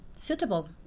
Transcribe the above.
suitable